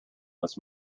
this